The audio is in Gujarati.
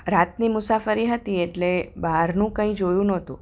રાતની મુસાફરી હતી એટલે બહારનું કંઈ જોયું નહોતું